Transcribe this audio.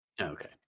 Okay